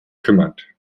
kümmert